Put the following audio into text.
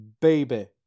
baby